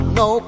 no